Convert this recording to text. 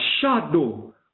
shadow